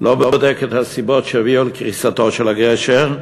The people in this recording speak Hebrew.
לא בודק את הסיבות שהביאו לקריסתו של הגשר,